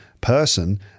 person